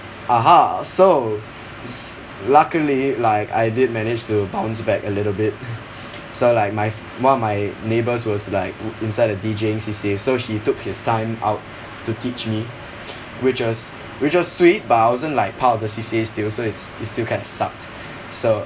aha so s~ luckily like I did manage to bounce back a little bit so like my f~ one of my neighbours was like inside a deejaying C_C_A so he took his time out to teach me which was which was sweet but I wasn't like part of the C_C_A still so it's it still kind of sucked so